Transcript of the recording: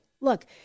look